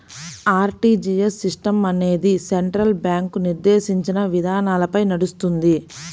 RTGS system అనేది central bank నిర్దేశించిన విధానాలపై నడుస్తుంది